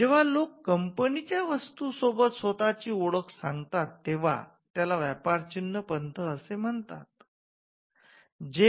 जेंव्हा लोक कंपनीच्या वस्तू सोबत स्वतःची ओळख सांगतात तेंव्हा त्याला व्यापार चिन्ह पंथ असे म्हटले जाते